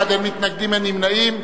29 בעד, אין מתנגדים, אין נמנעים.